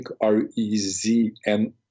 R-E-Z-N